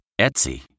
Etsy